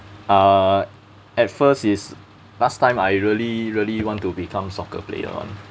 uh at first is last time I really really want to become soccer player [one]